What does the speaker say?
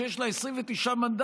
שיש לה 29 מנדטים,